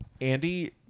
Andy